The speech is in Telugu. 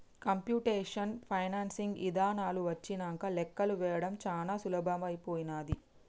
కంప్యుటేషనల్ ఫైనాన్సింగ్ ఇదానాలు వచ్చినంక లెక్కలు వేయడం చానా సులభమైపోనాది